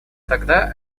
тогда